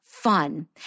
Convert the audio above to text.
fun